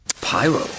pyro